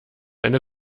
eine